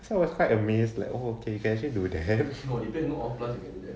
so I was quite amazed like oh okay you can actually do that